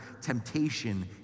temptation